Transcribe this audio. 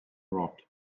rot